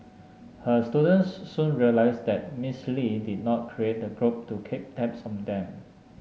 her students soon realised that Miss Lee did not create the group to keep tabs on them